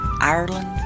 Ireland